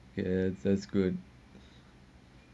okay that's good